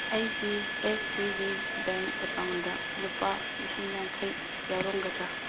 ꯑꯩꯒꯤ S C B bank ꯑꯦꯀꯥꯎꯟꯗ ꯂꯨꯄꯥ ꯂꯤꯁꯤꯡ ꯌꯥꯡꯈꯩ ꯌꯥꯎꯔꯝꯒꯗ꯭ꯔꯥ